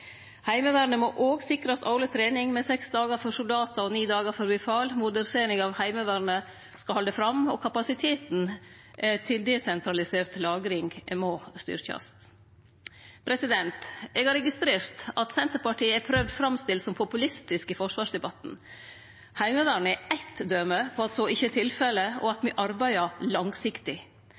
Heimevernet må òg sikrast årleg trening med seks dagar for soldatane og ni dagar for befal. Moderniseringa av Heimevernet må halde fram, og kapasiteten til desentralisert lagring må styrkjast. Eg har registrert at Senterpartiet er prøvd framstilt som populistisk i forsvarsdebatten. Heimevernet er eitt døme på at så ikkje er tilfellet, og at me arbeider langsiktig.